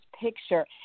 picture